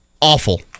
awful